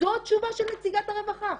זו תשובה של נציגת הרווחה.